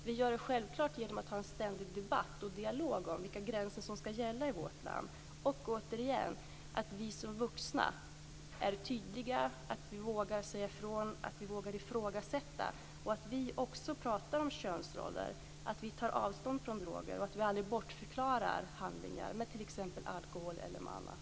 Vi gör det självklart också genom att ha en ständig debatt och dialog om vilka gränser som ska gälla i vårt land. Det kräver, återigen, att vi som vuxna är tydliga, vågar säga ifrån och vågar ifrågasätta och att vi också talar om könsroller, tar avstånd från droger och aldrig bortförklarar handlingar med t.ex. alkohol eller annat.